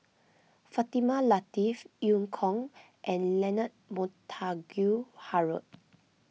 Fatimah Lateef Eu Kong and Leonard Montague Harrod